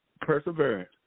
perseverance